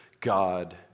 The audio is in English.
God